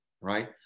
right